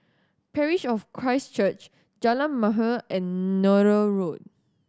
Parish of Christ Church Jalan Mahir and Nallur Road